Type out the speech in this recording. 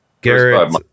Garrett